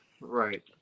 Right